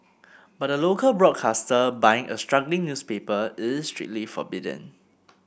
but a local broadcaster buying a struggling newspaper is strictly forbidden